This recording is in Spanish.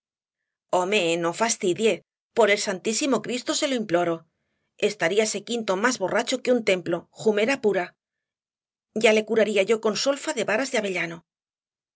home no fastidie por el santísimo cristo se lo imploro estaría ese quinto más borracho que un templo jumera pura ya le curaría yo con solfa de varas de avellano